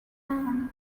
ann